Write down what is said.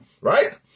Right